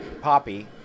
Poppy